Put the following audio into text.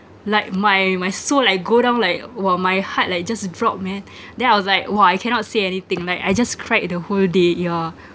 like my my soul like go down like !wah! my heart like just drop man then I was like !wah! I cannot say anything like I just cried the whole day yeah